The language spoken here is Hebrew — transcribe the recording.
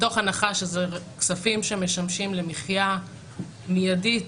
מתוך הנחה שאלה כספים המשמשים למחייה מיידית,